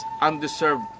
undeserved